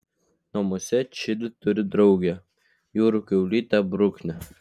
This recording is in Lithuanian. namuose čili turi draugę jūrų kiaulytę bruknę